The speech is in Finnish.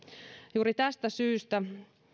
juuri tästä syystä